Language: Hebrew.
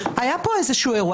היה פה אירוע.